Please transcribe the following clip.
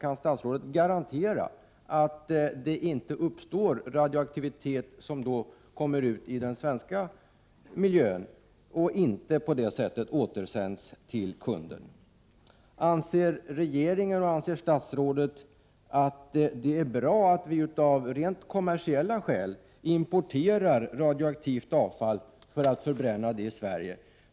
Anser regeringen och statsrådet att det är bra att vi av rent kommersiella skäl importerar radioaktivt avfall för att förbränna det i Sverige?